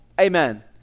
Amen